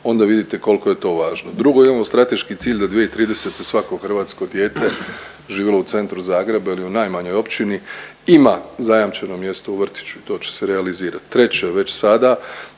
onda vidite koliko je to važno. Drugo imamo strateški cilj do 2030. svako hrvatsko dijete živjelo u centru Zagreba ili u najmanjoj općini ima zajamčeno mjesto u vrtiću. To će se realizirati. Treće, već sada